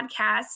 podcast